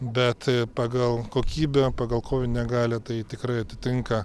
bet pagal kokybę pagal kovinę galią tai tikrai atitinka